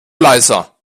leiser